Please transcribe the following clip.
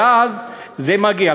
ואז זה מגיע.